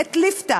ליפתא,